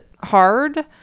hard